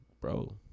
Bro